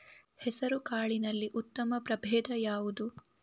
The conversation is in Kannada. ಹೆಸರುಕಾಳಿನಲ್ಲಿ ಉತ್ತಮ ಪ್ರಭೇಧ ಯಾವುದು?